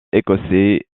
écossais